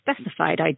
specified